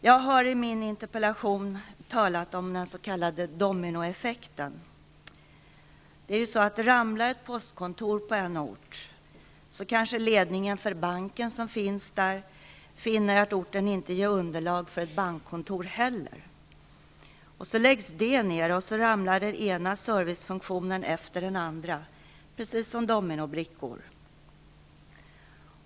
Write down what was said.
Jag har i min interpellation talat om den s.k. dominoeffekten. Ramlar ett postkontor på en ort, kanske ledningen för banken finner att orten inte ger underlag för ett bankkontor heller. Så läggs bankkontoret ned. Sedan ramlar den ena servicefunktionen efter den andra -- precis som dominobrickor.